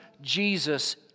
Jesus